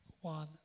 one